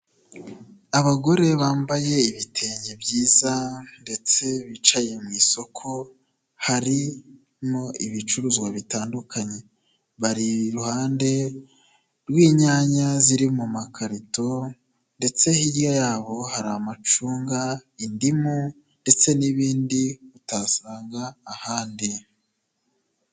Abagore bambaye ibitenge byiza ndetse bicaye mu isoko harimo ibicuruzwa bitandukanye, bari iruhande rw'inyanya ziri mu makarito ndetse hirya yabo hari amacunga, indimu ndetse n'ibindi utasanga ahandi.